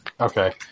Okay